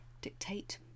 dictate